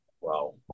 Wow